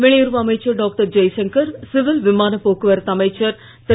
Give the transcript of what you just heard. வெளியுறவு அமைச்சர் doctor Jaishankar civil விமான போக்குவரத்து அமைச்சர் திரு